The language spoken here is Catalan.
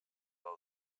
del